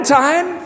time